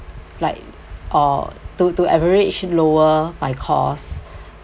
like or to to average lower my cost